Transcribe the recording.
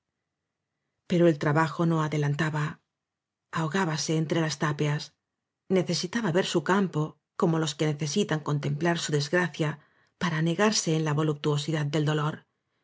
pero el trabajo no adelantaba ahogábase entre las tapias necesitaba ver su campo como los que necesitan contemplar su desgracia para anegarse en la voluptuosidad del dolor